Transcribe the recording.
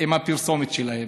עם הפרסומת שלהם.